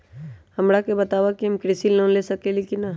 हमरा के बताव कि हम कृषि लोन ले सकेली की न?